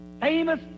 famous